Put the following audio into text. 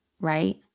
right